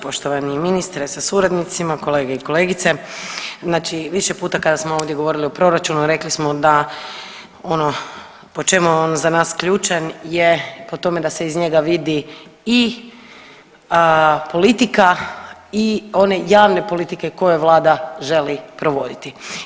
Poštovani ministre sa suradnicima, kolege i kolegice, znači više puta kada smo ovdje govorili o proračunu rekli smo da ono po čemu je on za nas ključan je po tome da se iz njega vidi i politika i one javne politike koje vlada želi provoditi.